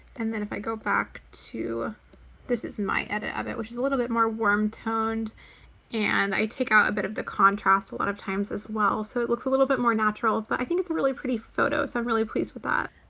and then if i go back to this is my edit of it, which is a little bit more warm toned and i take out a bit of the contrast a lot of times as well, so it looks a little bit more natural, but i think it's a really pretty photo, so i'm really pleased with that.